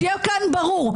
שיהיה כאן ברור,